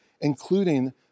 including